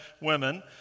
women